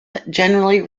generally